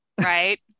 right